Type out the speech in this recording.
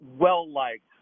well-liked